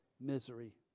misery